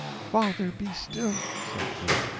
father, be still, said she,